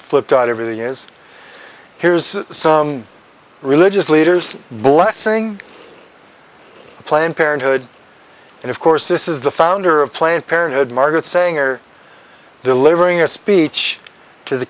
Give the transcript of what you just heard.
flipped out over the years here's some religious leaders blessing planned parenthood and of course this is the founder of planned parenthood margaret sanger delivering a speech to the